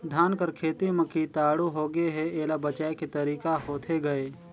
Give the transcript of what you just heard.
धान कर खेती म कीटाणु होगे हे एला बचाय के तरीका होथे गए?